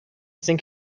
sink